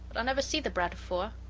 never see the brat afore.